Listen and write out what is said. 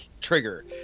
trigger